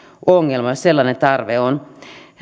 ongelma jos sellainen tarve on